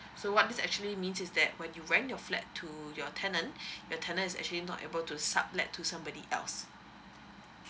so what this is actually means is that when you rent your flat to your tenant your tenant is actually not able to sublet to somebody else